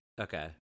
Okay